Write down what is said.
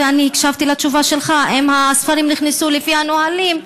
ואני הקשבתי לתשובה שלך: אם הספרים נכנסו לפי הנהלים,